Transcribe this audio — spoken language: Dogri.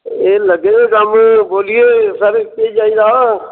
एह् लग्गे दे कम्म बोलिए सर केह् चाहिदा